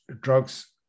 drugs